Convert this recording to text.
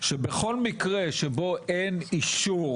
בכל מקרה שבו אין אישור